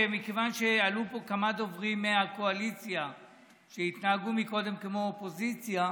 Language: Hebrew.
עלו פה כמה דוברים מהקואליציה שהתנהגו קודם כמו אופוזיציה,